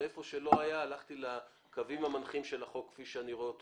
והיכן שלא היו הלכתי לקווים המנחים של החוק כפי שאני רואה אותו.